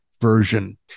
version